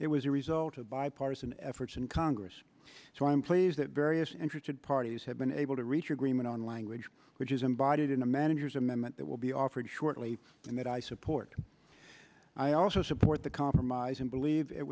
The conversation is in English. it was a result of bipartisan efforts in congress so i am pleased that various interested parties have been able to reach agreement on language which is embodied in a manager's amendment that will be offered shortly and that i support i also support the compromise and believe it